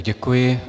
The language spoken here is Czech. Děkuji.